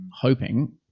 hoping